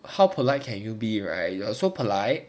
how polite can you be right you're so polite